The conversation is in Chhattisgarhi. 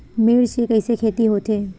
मिर्च के कइसे खेती होथे?